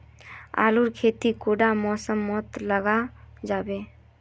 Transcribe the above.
आलूर खेती कुंडा मौसम मोत लगा जाबे?